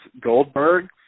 goldberg